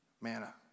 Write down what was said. Manna